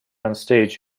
onstage